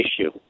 issue